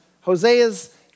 Hosea's